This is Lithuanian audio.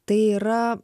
tai yra